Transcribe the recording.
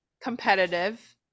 competitive